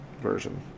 version